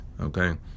okay